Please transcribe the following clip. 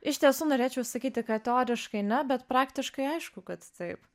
iš tiesų norėčiau sakyti kad teoriškai ne bet praktiškai aišku kad taip